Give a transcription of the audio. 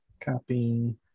Copy